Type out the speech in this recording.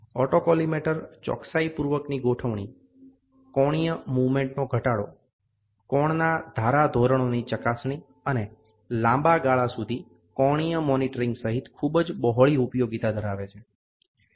autocollimator ચોક્સાઇપૂર્વકની ગોઠવણી કોણીય મુવમેન્ટનો ઘટાડો કોણના ધારાધોરણોની ચકાસણી અને લાંબાગાળા સુધી કોણીય મોનિટરિંગ સહિત ખૂબ જ બહોળી ઉપયોગિતા ધરાવે છે